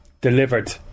delivered